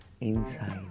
inside